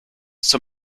zur